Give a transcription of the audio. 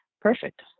Perfect